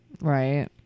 Right